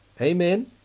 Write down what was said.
amen